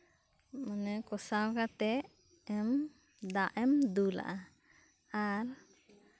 ᱟᱨ ᱠᱚᱥᱟᱣ ᱠᱟᱛᱮᱫ ᱮᱢ ᱫᱟᱜ ᱮᱢ ᱫᱩᱞ ᱟᱜᱼᱟ ᱟᱨ